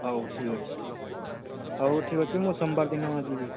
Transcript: ହଉ ଠିକ୍ ଅଛି ହଉ ଠିକ୍ ଅଛି ମୁଁ ସୋମବାର ଦିନ ଯିବି